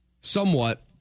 Somewhat